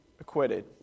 acquitted